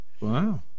Wow